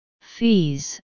Fees